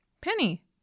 Penny